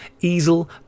easel